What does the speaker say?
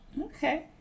Okay